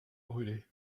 brûlée